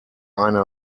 eine